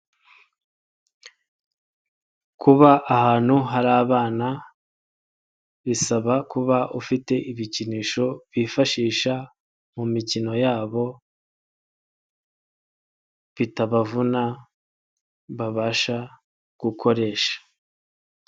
Kuba ahantu hari abana bisaba kuba ufite ibikinisho bifashisha mu mikino yabo, bitabavuna babasha gukoresha.